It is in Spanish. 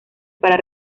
para